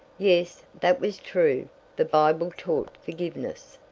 yes, that was true the bible taught forgiveness.